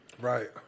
Right